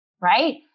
right